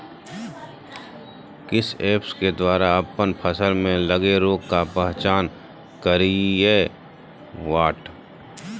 किस ऐप्स के द्वारा अप्पन फसल में लगे रोग का पहचान करिय?